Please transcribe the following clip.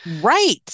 Right